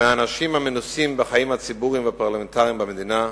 מהאנשים המנוסים בחיים הציבוריים והפרלמנטריים במדינה,